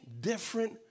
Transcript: different